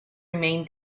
remain